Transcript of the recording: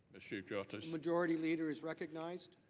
mr. chief justice. majority leader is recognized.